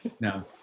No